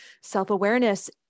self-awareness